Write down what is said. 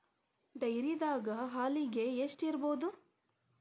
ಡೈರಿದಾಗ ಹಾಲಿಗೆ ಎಷ್ಟು ಇರ್ಬೋದ್?